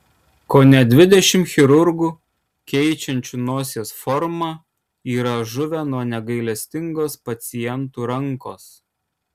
kone dvidešimt chirurgų keičiančių nosies formą yra žuvę nuo negailestingos pacientų rankos